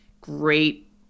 great